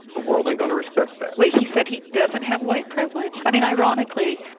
the world ain't going to respect that wait. he said he doesn't have white privilege? i mean, ironically,